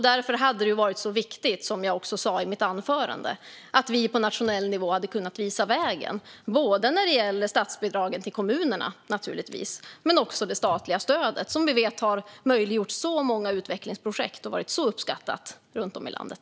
Därför hade det varit viktigt, som jag också sa i mitt anförande, om vi på nationell nivå hade kunnat visa vägen när det gäller statsbidragen till kommunerna, naturligtvis, men också det statliga stödet som vi vet har möjliggjort så många utvecklingsprojekt och varit så uppskattat runt om i landet.